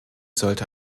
sollte